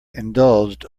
indulged